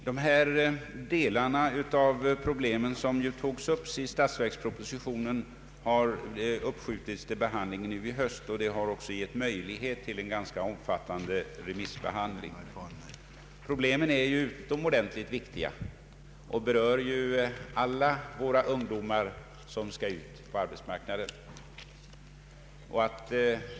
Herr talman! De delar av problemen det här gäller och som ju togs upp i statsverkspropositionen har uppskju tits till höstsessionen för behandling. Detta har också gett möjlighet till en ganska omfattande remissbehandling. Problemen är utomordentligt viktiga och berör ju alla våra ungdomar som skall ut på arbetsmarknaden.